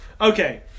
okay